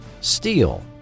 Steel